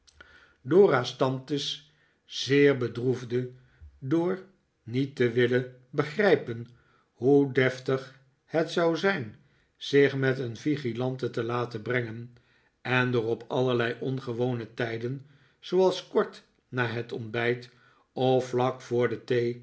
dora's tantes zeer bedroefde door niet te willen begrijpen hoe deftig het zou zijn zich met een vigilante te laten brengen en door op allerlei ongewone tijden zooals kort na het ontbijt of vlak voor de